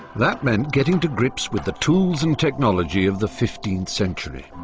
that meant getting to grips with the tools and technology of the fifteenth century.